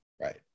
Right